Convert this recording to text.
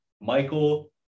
Michael